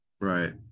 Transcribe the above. right